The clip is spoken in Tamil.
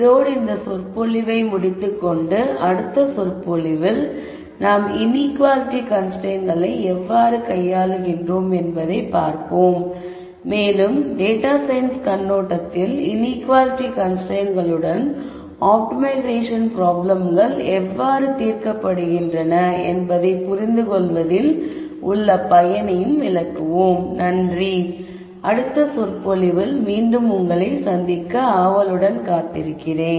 இதோடு இந்த சொற்பொழிவை முடித்துக்கொண்டு அடுத்த சொற்பொழிவில் நாம் இன்ஈக்குவாலிட்டி கன்ஸ்ரைன்ட்ஸ்களை எவ்வாறு கையாளுகிறோம் என்பதைப் பார்ப்போம் மேலும் டேட்டா சயின்ஸ் கண்ணோட்டத்தில் இன்ஈக்குவாலிட்டி கன்ஸ்ரைன்ட்ஸ்களுடன் ஆப்டிமைசேஷன் ப்ராப்ளம்கள் எவ்வாறு தீர்க்கப்படுகின்றன என்பதைப் புரிந்துகொள்வதில் உள்ள பயனையும் விளக்குவோம்